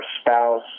spouse